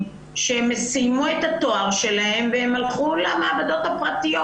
שסיימו את התואר שלהם והם הלכו למעבדות הפרטיות,